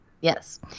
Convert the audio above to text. Yes